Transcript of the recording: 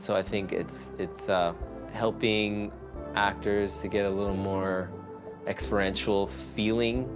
so i think it's it's um helping actors to get a little more experiential feeling.